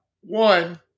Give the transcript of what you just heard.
One